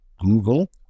Google